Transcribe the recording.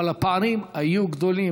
אבל הפערים היו גדולים.